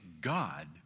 God